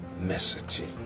messaging